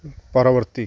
ପରବର୍ତ୍ତୀ